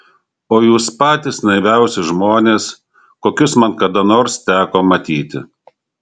o jūs patys naiviausi žmonės kokius man kada nors teko matyti